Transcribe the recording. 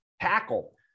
tackle